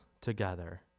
together